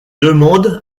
demande